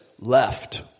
left